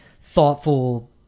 thoughtful